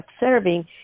observing